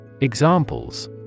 Examples